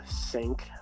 sink